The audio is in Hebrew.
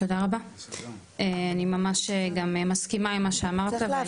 תודה רבה, אני ממש גם מסכימה עם מה שאמרת.